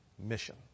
Mission